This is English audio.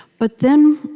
but then,